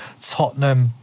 Tottenham